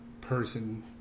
person